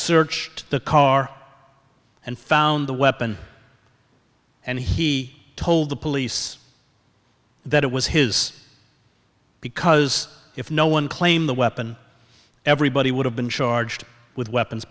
searched the car and found the weapon and he told the police that it was his because if no one claimed the weapon everybody would have been charged with weapons